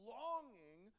longing